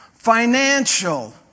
financial